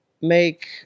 make